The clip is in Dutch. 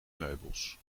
meubels